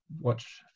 watch